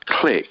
click